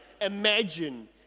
imagine